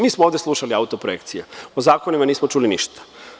Mi smo ovde slušali auto projekcije, a o zakonima nismo čuli ništa.